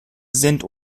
sind